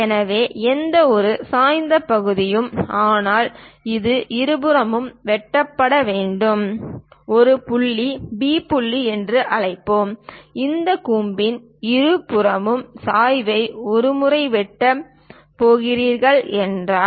எனவே எந்தவொரு சாய்ந்த பகுதியும் ஆனால் அது இருபுறமும் வெட்டப்பட வேண்டும் ஒரு புள்ளி பி புள்ளி என்று அழைப்போம் இந்த கூம்பின் இருபுறமும் சாய்வை ஒரு முறை வெட்டப் போகிறீர்கள் என்றால்